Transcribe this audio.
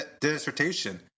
dissertation